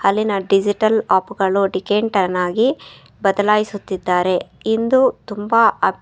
ಅಲ್ಲಿನ ಡಿಜಿಟಲ್ ಆಪ್ಗಳು ಡಿಕೆಂಟನ್ನಾಗಿ ಬದಲಾಯಿಸುತ್ತಿದ್ದಾರೆ ಇಂದು ತುಂಬ ಅಪ್